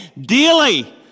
Daily